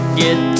get